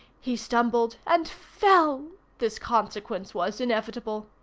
he stumbled and fell this consequence was inevitable.